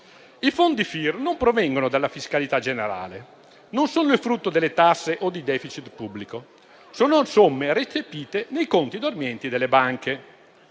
i fondi FIR non provengono dalla fiscalità generale, non sono il frutto delle tasse o di *deficit* pubblico, ma sono somme recepite nei conti dormienti delle banche,